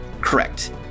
correct